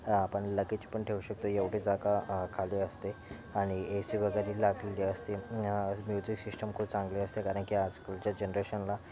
आपण लगेच पण ठेवू शकतो एवढी जागा खाली असते आणि ए सी वगैरे लागलेली असते म्युझिक सिस्टम खूप चांगली असते कारण की आजकालच्या जनरेशनला